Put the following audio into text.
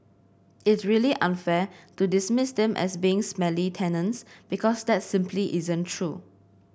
it's really unfair to dismiss them as being smelly tenants because that simply isn't true